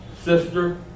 sister